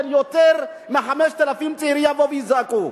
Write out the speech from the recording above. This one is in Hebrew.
יותר מ-5,000 צעירים יבואו ויזעקו.